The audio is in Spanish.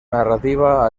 narrativa